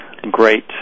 great